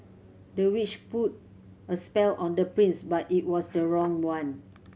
the witch put a spell on the prince but it was the wrong one